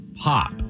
pop